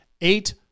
Eight